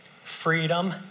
Freedom